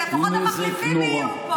והנזק הוא נזק נורא.